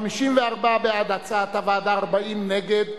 54 בעד הצעת הוועדה, 40 נגד.